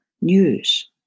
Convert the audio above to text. news